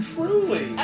Truly